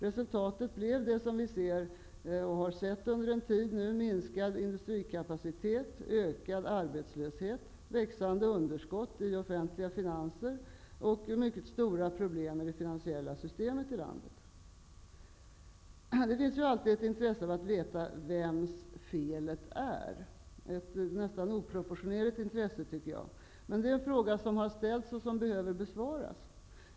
Resultatet blev det som vi nu ser och har sett under en tid -- minskad industrikapacitet, ökad arbetslöshet, växande underskott i de offentliga finanserna och mycket stora problem i det finansiella systemet i landet. Det finns alltid ett intresse av att veta vems felet är, ett nästan oproportionerligt stort intresse. Det är dock en fråga som har ställts och som behöver besvaras.